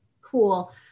cool